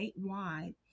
statewide